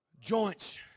joints